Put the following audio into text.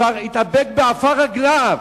כבר התאבק בעפר רגליו,